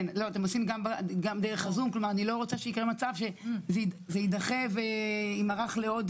אני לא רוצה שיקרה מצב שזה יידחה ויימרח לעוד